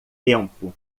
tempo